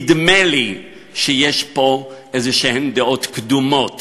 נדמה לי שיש פה איזשהן דעות קדומות